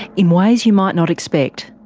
in ways you might not expect.